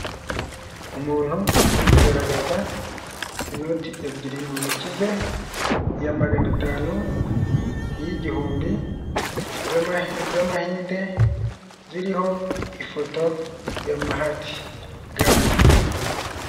Umuntu uri kugaragaza inoti ebyiri mu ntoki ze, iya magana atanu, iy'igihumbi z'amahinde, ziriho ifoto ya Mahati Gandi.